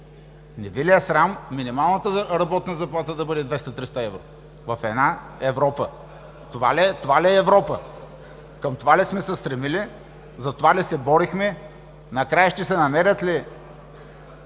Не Ви ли е срам минималната работна заплата да бъде 200-300 евро в една Европа?! Това ли е Европа?! Към това ли сме се стремили, за това ли се борихме?! Накрая, ще се намерят ли